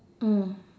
mm